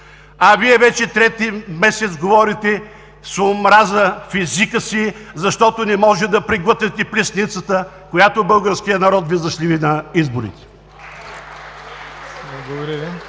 а Вие вече трети месец говорите с омраза в езика си, защото не може да преглътнете плесницата, която българският народ Ви зашлеви на изборите.